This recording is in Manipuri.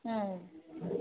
ꯎꯝ